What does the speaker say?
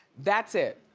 that's it.